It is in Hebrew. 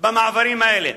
במעברים האלה.